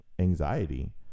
Anxiety